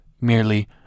merely